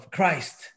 Christ